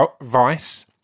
Vice